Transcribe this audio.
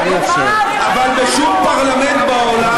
אבל בשום פרלמנט בעולם,